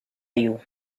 you